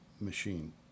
machine